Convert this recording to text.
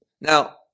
Now